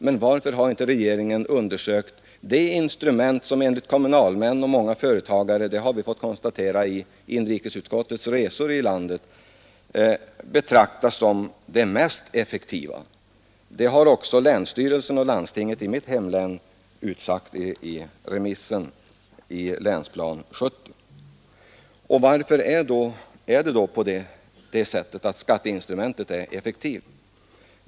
Men varför har inte regeringen undersökt det instrument som enligt kommunalmän och många företagare — det har vi konstaterat vid inrikesutskottets resor i landet — betraktas som det mest effektiva? Det har också länsstyrelsen och landstinget i mitt hemlän utsagt i remissyttrandet över Länsplan 70. Varför är då skatteinstrumentet effektivt?